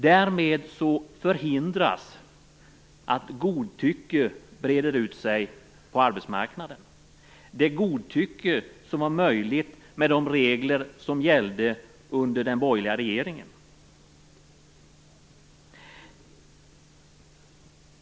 Därmed förhindras att godtycke breder ut sig på arbetsmarknaden, det godtycke som var möjligt med de regler som gällde under den borgerliga regeringen.